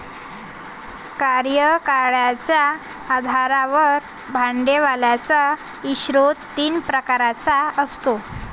कार्यकाळाच्या आधारावर भांडवलाचा स्रोत तीन प्रकारचा असतो